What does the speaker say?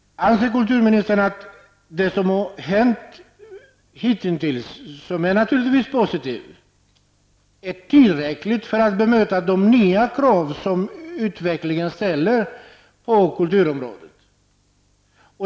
Anser kulturministern att det som hitintills har skett, vilket naturligtvis är positivt, är tillräckligt för att möta de nya krav som utvecklingen ställer på kulturområdet?